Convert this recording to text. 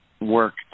work